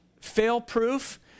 fail-proof